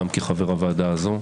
גם כחבר הוועדה הזו.